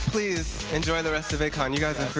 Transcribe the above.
please enjoy the rest of vidcon you.